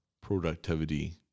productivity